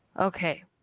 Okay